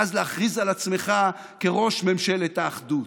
ואז להכריז על עצמך כראש ממשלת האחדות.